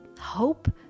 hope